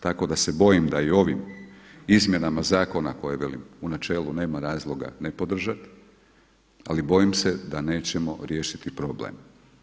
Tako da se bojim da i u ovim izmjenama zakona koje velim u načelu nema razloga nepodržati ali bojim se da nećemo riješiti problem.